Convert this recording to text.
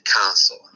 council